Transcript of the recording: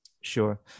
sure